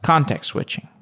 context switching.